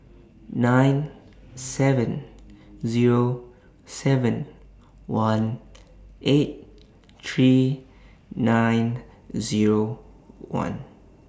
nine seven Zero seven one eight three nine Zero one